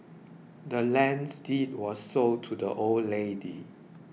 the land's deed was sold to the old lady